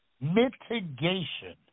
Mitigation